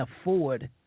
afford